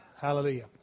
Hallelujah